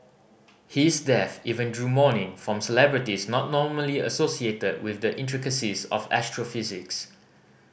his death even drew mourning from celebrities not normally associated with the intricacies of astrophysics